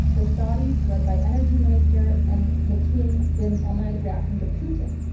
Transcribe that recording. the saudis, led by energy minister and the king bin salman reacting to putin.